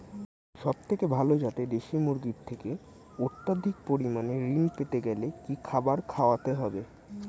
সবথেকে ভালো যাতে দেশি মুরগির থেকে অত্যাধিক পরিমাণে ঋণ পেতে গেলে কি খাবার খাওয়াতে হবে?